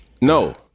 No